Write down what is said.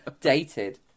dated